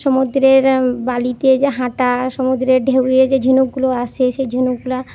সমুদ্রের বালিতে যা হাঁটা সমুদ্রের ঢেউয়ে যে ঝিনুকগুলো আসে সেই ঝিনুকগুলো